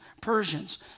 Persians